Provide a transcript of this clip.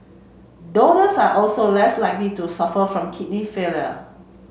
donors are also less likely to suffer from kidney failure